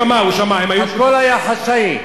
הכול היה חשאי.